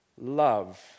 love